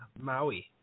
Maui